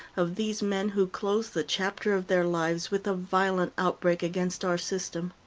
of these men who close the chapter of their lives with a violent outbreak against our system.